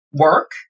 work